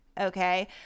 okay